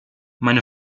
meine